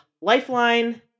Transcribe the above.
Lifeline